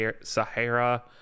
Sahara